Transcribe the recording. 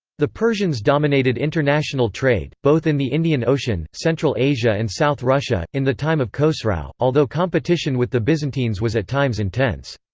the persians dominated international trade, both in the indian ocean, central asia and south russia, in the time of khosrau, although competition with the byzantines was at times intense.